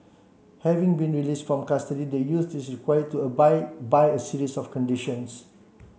having been released from custody the youth is required to abide by a series of conditions